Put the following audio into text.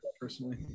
personally